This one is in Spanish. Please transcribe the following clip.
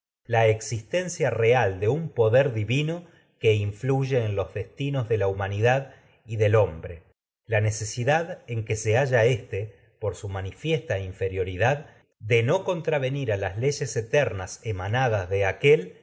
la existencia los desti de de poder divino que influye en del hombre la nos la humanidad y necesidad en que se halla éste por su manifiesta inferiori dad de no contravenir a las leyes eternas ema nadas de aquél